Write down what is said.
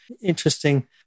interesting